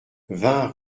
vingt